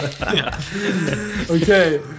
Okay